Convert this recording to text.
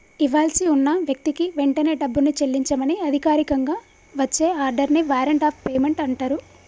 ఇవ్వాల్సి ఉన్న వ్యక్తికి వెంటనే డబ్బుని చెల్లించమని అధికారికంగా వచ్చే ఆర్డర్ ని వారెంట్ ఆఫ్ పేమెంట్ అంటరు